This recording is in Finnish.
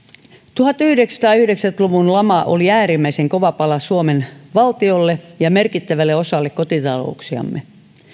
tuhatyhdeksänsataayhdeksänkymmentä luvun lama oli äärimmäisen kova pala suomen valtiolle ja merkittävälle osalle kotitalouksiamme